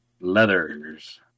Leathers